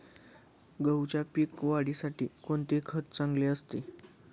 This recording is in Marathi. गहूच्या पीक वाढीसाठी कोणते खत चांगले असते?